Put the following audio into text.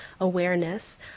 Awareness